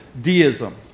Deism